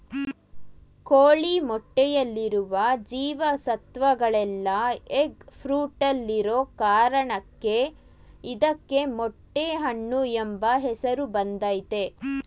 ಕೋಳಿ ಮೊಟ್ಟೆಯಲ್ಲಿರುವ ಜೀವ ಸತ್ವಗಳೆಲ್ಲ ಎಗ್ ಫ್ರೂಟಲ್ಲಿರೋ ಕಾರಣಕ್ಕೆ ಇದಕ್ಕೆ ಮೊಟ್ಟೆ ಹಣ್ಣು ಎಂಬ ಹೆಸರು ಬಂದಯ್ತೆ